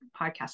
podcast